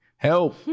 help